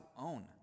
own